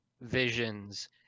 visions